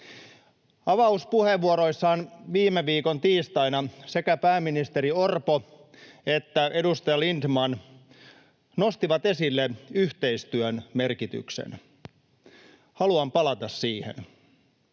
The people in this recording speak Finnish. Avauspuheenvuoroissaan viime viikon tiistaina sekä pääministeri Orpo että edustaja Lindtman nostivat esille yhteistyön merkityksen. Haluan palata siihen.